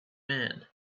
man